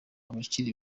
abakiri